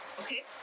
Okay